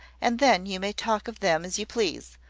and then you may talk of them as you please,